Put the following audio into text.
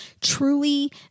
truly